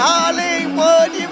Hollywood